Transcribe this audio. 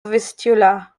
vistula